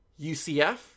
UCF